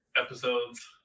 episodes